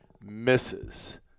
misses